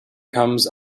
comes